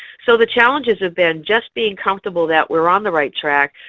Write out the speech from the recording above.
so the challenges have been just being comfortable that we're on the right track.